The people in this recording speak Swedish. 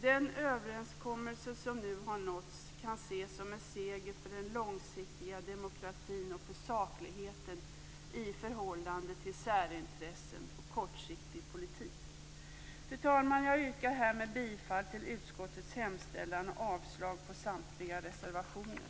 Den överenskommelse som nu har nåtts kan ses som en seger för den långsiktiga demokratin och för sakligheten i förhållande till särintressen och kortsiktig politisk retorik." Fru talman! Jag yrkar härmed bifall till utskottets hemställan och avslag på samtliga reservationer.